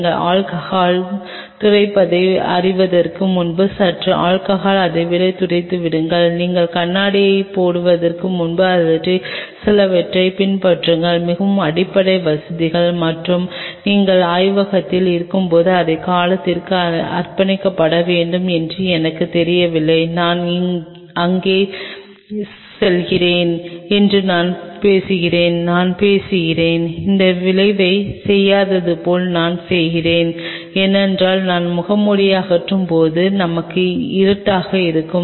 நீங்கள் ஆல்கஹால் துடைப்பதை அறிவதற்கு முன்பு சற்று ஆல்கஹால் அதைத் துடைத்து விடுங்கள் நீங்கள் கண்ணாடியைப் போடுவதற்கு முன்பு இவற்றில் சிலவற்றைப் பின்பற்றுகிறீர்கள் மிகவும் அடிப்படை விதிகள் மற்றும் நீங்கள் ஆய்வகத்திற்குள் இருக்கும்போது அந்தக் காலத்திற்கு அர்ப்பணிக்கப்பட வேண்டும் என்று எனக்குத் தெரியவில்லை நான் அங்கு செல்கிறேன் என்று நான் பேசுகிறேன் நான் பேசுகிறேன் அந்த விளைவைச் செய்யாதது போல் நான் செய்கிறேன் ஏனென்றால் நாம் முகமூடியை அகற்றும்போது நமக்கு இருட்டாக இருக்கு